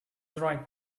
right